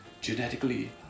genetically